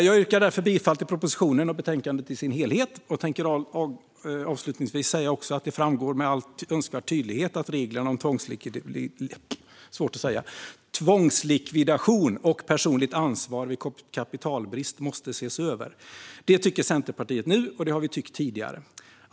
Jag yrkar därför bifall till propositionen och utskottets förslag. Avslutningsvis vill jag säga att det med all önskvärd tydlighet framgår att reglerna om tvångslikvidation och personligt ansvar vid kapitalbrist måste ses över. Det tycker Centerpartiet nu, och det har vi tyckt tidigare också.